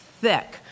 thick